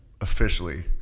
officially